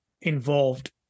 involved